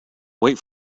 wait